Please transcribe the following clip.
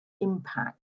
impact